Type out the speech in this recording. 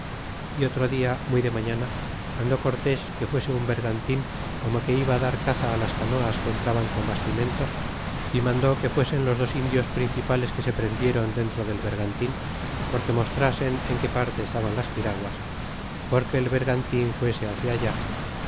y otro dia muy de maiiana mandó cortes que fuese un bergantin como que iba á dar caza á las canoas que entraban con bastimentos y mandó que fuesen los dos indios principales que se prendieron dentro del bergantin porque mostrasen en que parte estaban las piraguas porque el bergantin fuese hácia allá